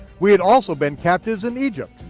we had also been captives in egypt,